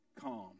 calm